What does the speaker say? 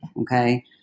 Okay